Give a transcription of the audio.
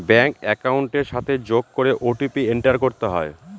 bank একাউন্টের সাথে যোগ করে ও.টি.পি এন্টার করতে হয়